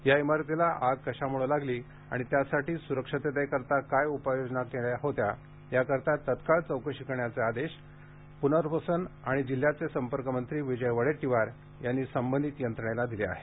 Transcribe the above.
या इमारतीला आग कशामुळे लागली आणि त्यासाठी सुरक्षिततेसाठी काय उपाययोजना करण्यात आल्या होत्या याकरीता तात्काळ चौकशी करण्याचे आदेश मदत पुनर्वसन तथा जिल्ह्याचे संपर्कमंत्री विजय वडेट्टीवार यांनी संबंधित यंत्रणेला दिले आहेत